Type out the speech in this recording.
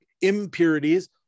impurities